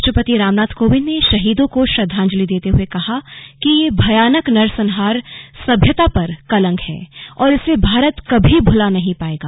राष्ट्रपति रामनाथ कोविंद ने शहीदों को श्रद्धांजलि देते हुए कहा कि यह भयानक नरसंहार सभ्यता पर कलंक है और इसे भारत कभी भुला नहीं पाएगा